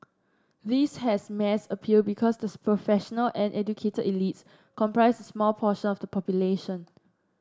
this has mass appeal because the professional and educated elites comprise small portion of the population